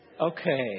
Okay